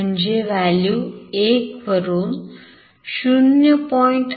म्हणजे value 1 वरून 0